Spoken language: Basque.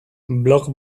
blog